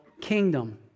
kingdom